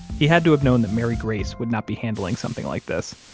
he had to have known that mary grace would not be handling something like this.